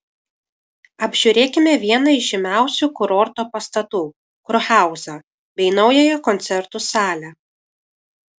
apžiūrėkime vieną iš žymiausių kurorto pastatų kurhauzą bei naująją koncertų salę